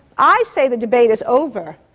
i say the debate is over,